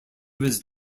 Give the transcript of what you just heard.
was